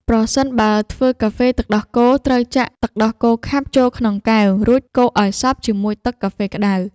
ប្រសិនបើធ្វើកាហ្វេទឹកដោះគោ ត្រូវចាក់ទឹកដោះគោខាប់ចូលក្នុងកែវ រួចកូរឱ្យសព្វជាមួយទឹកកាហ្វេក្ដៅ។